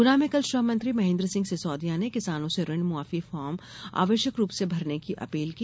गुना में कल श्रम मंत्री महेन्द्र सिंह सिसोदिया ने किसानों से ऋण माफी फार्म आवश्यक रूप से भरने की अपील की